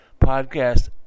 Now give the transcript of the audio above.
podcast